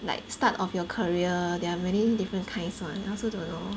like start of your career there are many different kinds [one] I also don't know